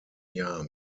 jahr